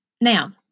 Now